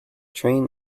train